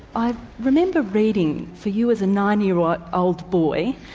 i remember reading for you as a nine year ah old boy,